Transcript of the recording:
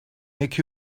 make